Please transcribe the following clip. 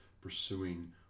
pursuing